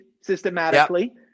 systematically